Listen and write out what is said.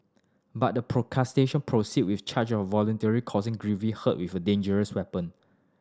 but the prosecution proceeded with charge of voluntarily causing grievous hurt with a dangerous weapon